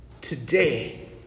Today